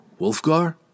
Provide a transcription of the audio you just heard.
Wolfgar